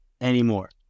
anymore